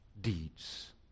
deeds